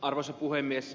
arvoisa puhemies